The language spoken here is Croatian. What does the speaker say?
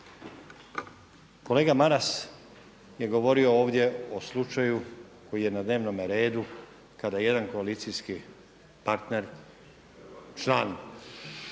Kolega Maras je govorio ovdje o slučaju koji je na dnevnome redu kada jedan koalicijski partner, član